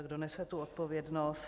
Kdo nese tu odpovědnost?